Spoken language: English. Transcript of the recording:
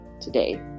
today